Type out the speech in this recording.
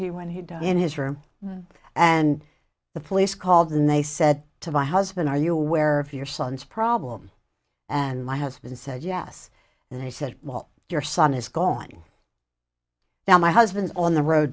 he when he died in his room and the police called in they said to my husband are you aware of your son's problem and my husband said yes and he said well your son is gone now my husband's on the road